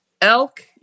elk